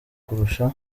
kurusha